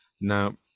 Now